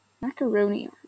Macaroni